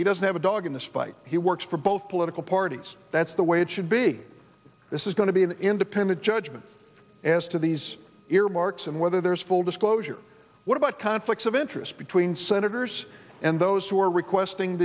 he doesn't have a dog in this fight he works for both political parties that's the way it should be this is going to be an independent judgment as to these earmarks and whether there's full disclosure what about conflicts of interest between senators and those who are requesting